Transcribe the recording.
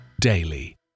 daily